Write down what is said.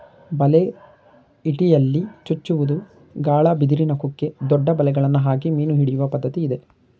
ಬಲೆ, ಇಟಿಯಲ್ಲಿ ಚುಚ್ಚುವುದು, ಗಾಳ, ಬಿದಿರಿನ ಕುಕ್ಕೆ, ದೊಡ್ಡ ಬಲೆಗಳನ್ನು ಹಾಕಿ ಮೀನು ಹಿಡಿಯುವ ಪದ್ಧತಿ ಇದೆ